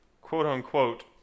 quote-unquote